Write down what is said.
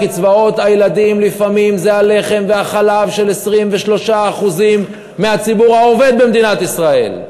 קצבאות הילדים לפעמים זה הלחם והחלב של 23% מהציבור העובד במדינת ישראל,